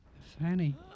Fanny